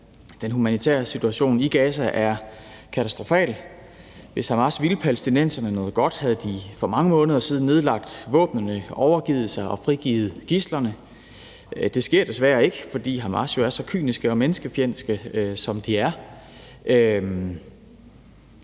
Den humanitære situation i Gaza er katastrofal. Hvis Hamas ville palæstinenserne noget godt, havde de for mange måneder siden nedlagt våbnene, overgivet sig og frigivet gidslerne. Det sker desværre ikke, fordi Hamas jo er så kyniske og menneskefjendske, som de er.